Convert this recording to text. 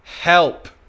help